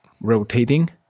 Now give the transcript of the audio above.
rotating